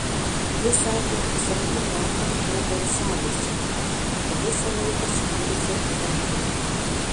ji sakė pusantrų metų nepoilsiavusi o visą laiką skyrusi darbui